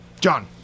John